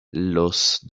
los